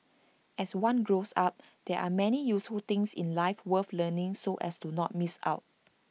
as one grows up there are many useful things in life worth learning so as to not miss out